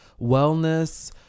wellness